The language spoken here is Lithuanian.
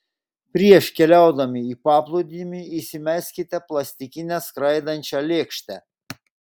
prieš keliaudami į paplūdimį įsimeskite plastikinę skraidančią lėkštę